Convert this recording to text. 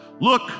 Look